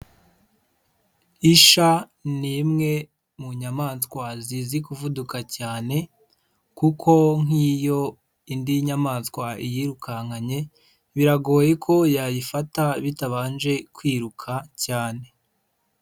Isha ni imwe mu nyamaswa zizi kuvuduka cyane, kuko nk'iyo indi nyamaswa iyirukankanye, biragoye ko yayifata bitabanje kwiruka cyane.